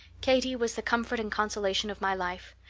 katie was the comfort and consolation of my life.